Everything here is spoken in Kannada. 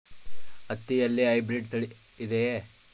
ಹತ್ತಿಯಲ್ಲಿ ಹೈಬ್ರಿಡ್ ತಳಿ ಇದೆಯೇ?